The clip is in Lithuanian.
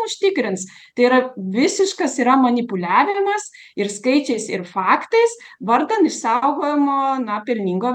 užtikrins tai yra visiškas yra manipuliavimas ir skaičiais ir faktais vardan išsaugojimo na pelningo